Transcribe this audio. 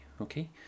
okay